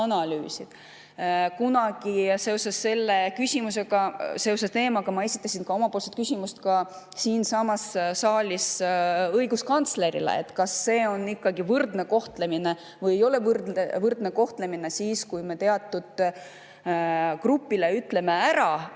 Kunagi seoses selle küsimusega, seoses selle teemaga ma esitasin oma küsimuse ka siinsamas saalis õiguskantslerile ja küsisin, kas see on võrdne kohtlemine või ei ole võrdne kohtlemine, kui me teatud grupile ütleme ära